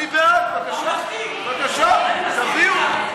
אני בעד, בבקשה, תביאו.